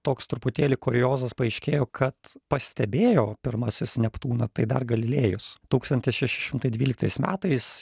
toks truputėlį kuriozas paaiškėjo kad pastebėjo pirmasis neptūną tai dar galilėjus tūkstantis šeši šimtai dvyliktais metais